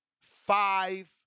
five